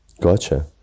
gotcha